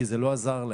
כי זה לא עזר להם.